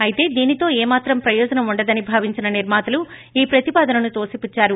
అయితే దీనితో ఏ మాత్రం ప్రయోజనం ఉండదని భావించిన నిర్మాతలు ఈ ప్రతిపాదనను తోసిపుచ్చారు